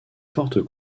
forte